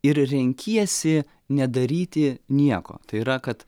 ir renkiesi nedaryti nieko tai yra kad